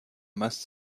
masse